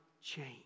change